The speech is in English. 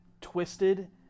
twisted